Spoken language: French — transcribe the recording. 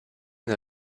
une